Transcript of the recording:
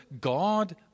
God